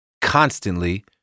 constantly